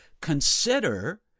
consider